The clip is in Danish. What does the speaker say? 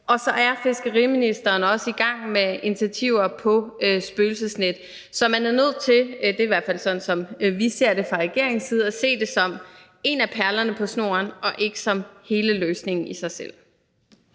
Og så er fiskeriministeren også i gang med initiativer i forhold til spøgelsesnet. Så man er nødt til – det er i hvert fald sådan, vi ser det fra regeringens side – at se det som en af perlerne på snoren og ikke som hele løsningen i sig selv.